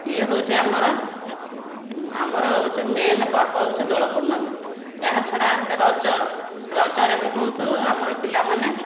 ଇଏ ହେଉଛି ଆମର ଆମର ହେଉଛି ମେନ୍ ପର୍ବ ହେଉଛି ଦୋଳ ପୂର୍ଣ୍ଣମୀ ଏହା ଛଡ଼ା ରଜ ରଜରେ ବି ବହୁତ ଆମର ପିଲାମାନେ